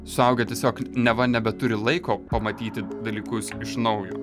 suaugę tiesiog neva nebeturi laiko pamatyti dalykus iš naujo